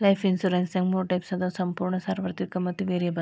life ಇನ್ಸುರೆನ್ಸ್ನ್ಯಾಗ ಮೂರ types ಅದಾವ ಸಂಪೂರ್ಣ ಸಾರ್ವತ್ರಿಕ ಮತ್ತ ವೇರಿಯಬಲ್